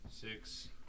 Six